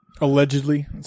Allegedly